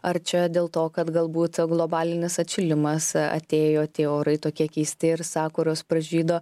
ar čia dėl to kad galbūt globalinis atšilimas atėjo tie orai tokie keisti ir sakuros pražydo